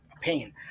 pain